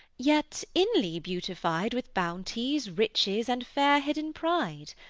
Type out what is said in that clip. yet inly beautified with bounties, riches and faire hidden pride.